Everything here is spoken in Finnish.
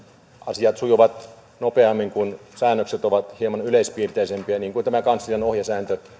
asiat sujuvat nopeammin kun säännökset ovat hieman yleispiirteisempiä niin kuin tämä kanslian